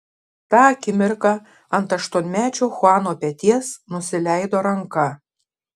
tą akimirką ant aštuonmečio chuano peties nusileido ranka